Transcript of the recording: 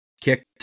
kicked